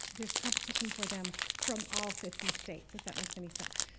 there's competition for them from all fifty states, if that makes any sense.